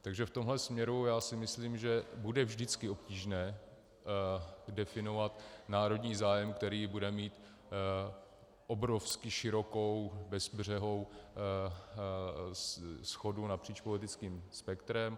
Takže v tomhle směru, myslím si, bude vždycky obtížné definovat národní zájem, který bude mít obrovsky širokou, bezbřehou shodu napříč politickým spektrem.